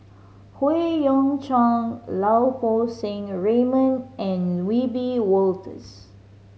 Howe Yoon Chong Lau Poo Seng Raymond and Wiebe Wolters